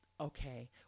Okay